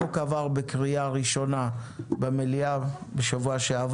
החוק עבר בקריאה ראשונה במליאה השבוע,